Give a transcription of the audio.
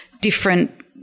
different